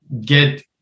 get